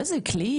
איזה כלי?